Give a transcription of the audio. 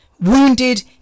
wounded